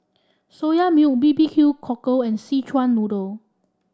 Soya Milk B B Q Cockle and Szechuan Noodle